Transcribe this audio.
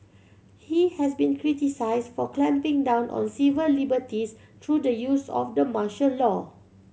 he has been criticised for clamping down on civil liberties through the use of the martial law